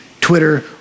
Twitter